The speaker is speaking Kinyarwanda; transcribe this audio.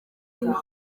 itabi